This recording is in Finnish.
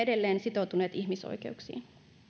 edelleen sitoutuneet ihmisoikeuksiin